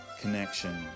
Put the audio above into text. connection